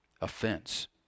offense